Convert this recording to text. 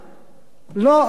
לא, אמר טיטוס.